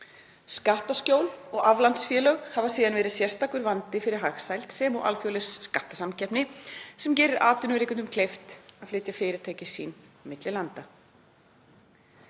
Skattaskjól og aflandsfélög hafa síðan verið sérstakur vandi fyrir hagsæld sem og alþjóðleg skattasamkeppni sem gerir atvinnurekendum kleift að flytja fyrirtæki sín milli landa.“